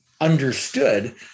understood